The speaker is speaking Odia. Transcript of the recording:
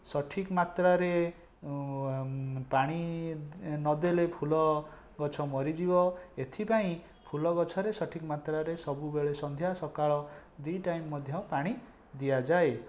ସଠିକ୍ ମାତ୍ରାରେ ପାଣି ନଦେଲେ ଫୁଲ ଗଛ ମରିଯିବ ଏଥିପାଇଁ ଫୁଲ ଗଛରେ ସଠିକ୍ ମାତ୍ରାରେ ସବୁବେଳେ ସନ୍ଧ୍ୟା ସକାଳ ଦି ଟାଇମ ମଧ୍ୟ ପାଣି ଦିଆଯାଏ